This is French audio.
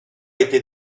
été